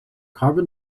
carbon